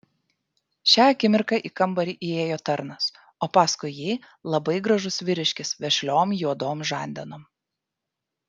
šią akimirką į kambarį įėjo tarnas o paskui jį labai gražus vyriškis vešliom juodom žandenom